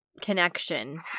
connection